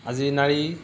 আজিৰ নাৰী